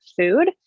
food